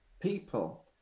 people